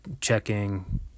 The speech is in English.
checking